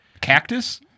Cactus